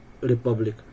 Republic